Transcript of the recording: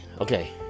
okay